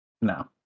no